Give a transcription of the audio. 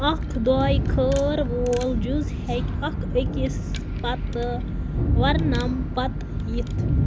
اَکھ دُعاے خٲر وول جُز ہیٚکہِ اكھ أكِس پَتہٕ ورنم پتہٕ یِتھ